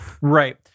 Right